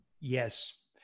Yes